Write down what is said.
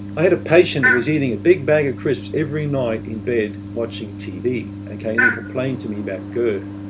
i had a patient that was eating a big bag of crisps every night in bed, watching tv. and then, complaining to me about gerd.